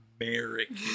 American